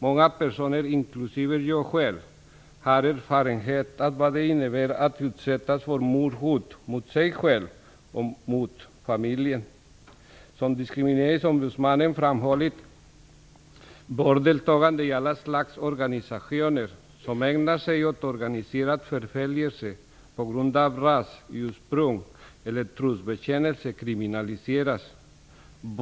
Många personer inklusive mig själv har erfarenhet av vad det innebär att utsättas för mordhot mot sig själv och familjen. Som diskrimineringsombudsmannen framhållit bör deltagande i alla slags organisationer som ägnar sig åt organiserad förföljelse på grund av ras, ursprung eller trosbekännelse kriminaliseras.